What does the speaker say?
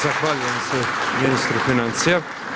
Zahvaljujem se ministru financija.